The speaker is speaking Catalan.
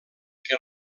què